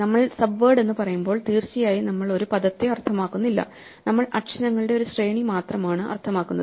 നമ്മൾ സബ്വേഡ് എന്ന് പറയുമ്പോൾ തീർച്ചയായും നമ്മൾ ഒരു പദത്തെ അർത്ഥമാക്കുന്നില്ല നമ്മൾ അക്ഷരങ്ങളുടെ ഒരു ശ്രേണി മാത്രമാണ് അർത്ഥമാക്കുന്നത്